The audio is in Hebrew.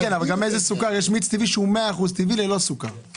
יש מיץ טבעי שהוא 100% טבעי, ללא תוספת סוכר.